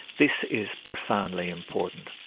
this is profoundly important.